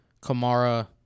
Kamara